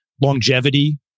longevity